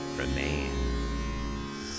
remains